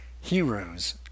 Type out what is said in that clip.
heroes